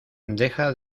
deja